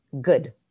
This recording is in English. good